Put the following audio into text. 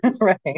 right